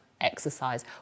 exercise